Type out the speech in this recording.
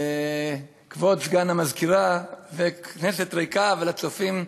כבוד סגן המזכירה וכנסת ריקה, ולצופים,